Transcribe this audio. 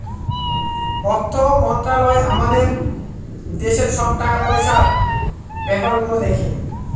অর্থ মন্ত্রালয় আমাদের দেশের সব টাকা পয়সার ব্যাপার গুলো দেখে